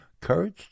courage